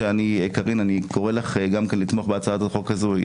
קארין, אני קורא לך לתמוך בהצעה החוק הזו.